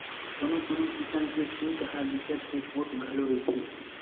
कोनो कोनो किसम के सूत ह बिकट के पोठ घलो रहिथे